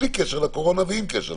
בלי קשר לקורונה ועם קשר לקורונה.